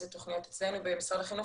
אם זה בתוכניות אצלנו במשרד החינוך,